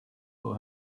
for